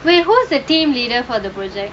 when you call the team leader for the project